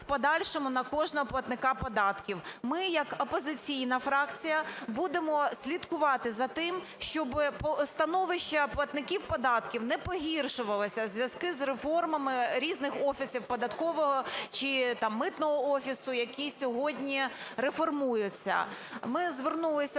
на кожного платника податків. Ми як опозиційна фракція будемо слідкувати за тим, щоб становище платників податків не погіршувалося у зв'язку з реформами різних офісів, Податкового чи там Митного офісу, які сьогодні реформуються. Ми звернулися